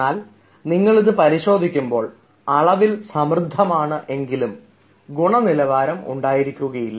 എന്നാൽ നിങ്ങൾ ഇത് പരിശോധിക്കുമ്പോൾ അളവിൽ സമൃദ്ധമാണ് എങ്കിലും ഗുണനിലവാരം ഉണ്ടായിരിക്കുകയില്ല